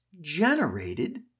generated